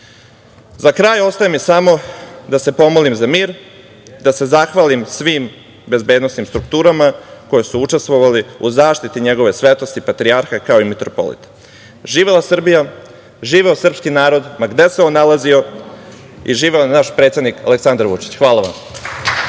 kraj, ostaje mi samo da se pomolim za mir, da se zahvalim svim bezbednosnim strukturama koje su učestovale u zaštiti Njegove svetosti patrijarha kao i mitropolita. Živela Srbija, živeo sprski narod, ma gde se on nalazio, i živeo naš predsednik Aleksandar Vučić. Hvala vam.